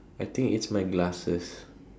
I think it's my glasses